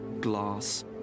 glass